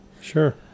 sure